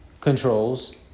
controls